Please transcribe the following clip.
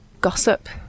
gossip